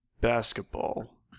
basketball